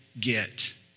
get